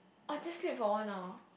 orh just sleep for one hour